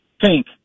Pink